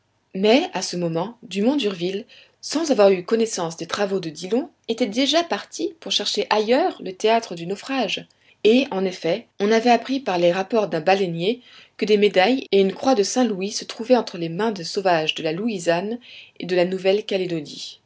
mais à ce moment dumont d'urville sans avoir eu connaissance des travaux de dillon était déjà parti pour chercher ailleurs le théâtre du naufrage et en effet on avait appris par les rapports d'un baleinier que des médailles et une croix de saint-louis se trouvaient entre les mains des sauvages de la louisiade et de la nouvelle calédonie